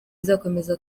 izakomeza